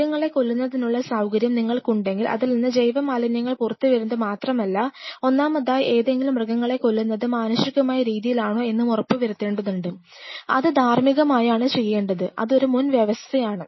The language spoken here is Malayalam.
മൃഗങ്ങളെ കൊല്ലുന്നതിനുള്ള സൌകര്യം നിങ്ങൾക്കുണ്ടെങ്കിൽ അതിൽ നിന്ന് ജൈവ മാലിന്യങ്ങൾ പുറത്തുവരുന്നത് മാത്രമല്ല ഒന്നാമതായി ഏതെങ്കിലും മൃഗങ്ങളെ കൊല്ലുന്നത് മാനുഷികമായ രീതിയിലാണോ എന്നും ഉറപ്പുവരുത്തേണ്ടതുണ്ട് അത് ധാർമ്മികമായാണ് ചെയ്യേണ്ടത് അത് ഒരു മുൻ വ്യവസ്ഥയാണ്